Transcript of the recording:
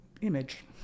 image